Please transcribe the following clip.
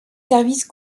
services